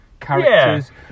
characters